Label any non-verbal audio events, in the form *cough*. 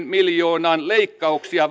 *unintelligible* miljoonan leikkauksia *unintelligible*